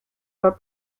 her